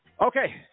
Okay